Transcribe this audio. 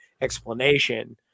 explanation